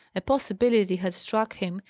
a possibility had struck him,